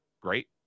great